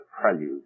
prelude